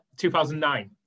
2009